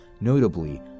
notably